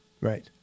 Right